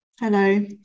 Hello